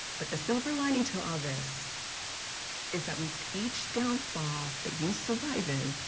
but the silver lining to all this is that with each down fall that you survive in,